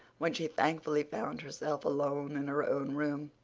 when she thankfully found herself alone in her own room.